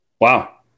Wow